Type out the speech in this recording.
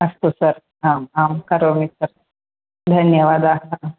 अस्तु सर् आम् आं करोमि सर् धन्यवादाः